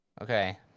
Okay